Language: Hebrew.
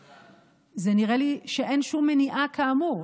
נראה לי שאין שום מניעה, כאמור.